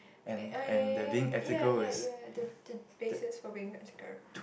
eh ya ya ya ya ya the the basis for being ethical